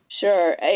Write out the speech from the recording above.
Sure